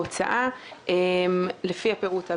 בהוצאה לפי הפירוט הבא: